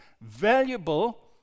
valuable